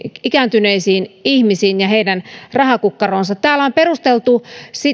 ikääntyneisiin ihmisiin ja heidän rahakukkaroonsa täällä on perusteltu